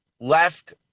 left